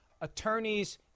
attorneys